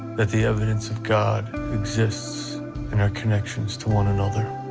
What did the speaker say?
that the evidence of god exists in our connections to one another.